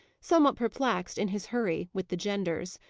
somewhat perplexed, in his hurry, with the genders.